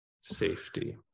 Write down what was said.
safety